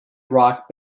rock